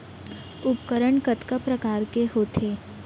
उपकरण कतका प्रकार के होथे?